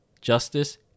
justice